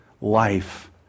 life